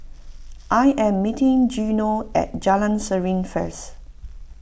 I am meeting Gino at Jalan Serene first